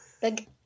big